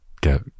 get